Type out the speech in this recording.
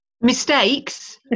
Mistakes